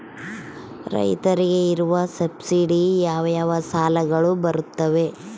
ರೈತರಿಗೆ ಇರುವ ಸಬ್ಸಿಡಿ ಯಾವ ಯಾವ ಸಾಲಗಳು ಬರುತ್ತವೆ?